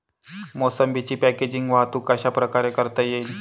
मोसंबीची पॅकेजिंग वाहतूक कशाप्रकारे करता येईल?